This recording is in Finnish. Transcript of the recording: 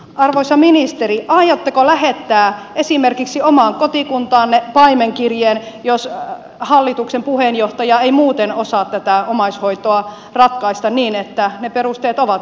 arvoisa ministeri aiotteko lähettää esimerkiksi omaan kotikuntaanne paimenkirjeen jos hallituksen puheenjohtaja ei muuten osaa tätä omaishoitoa ratkaista niin että ne perusteet ovat yhtenäiset